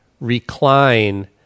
recline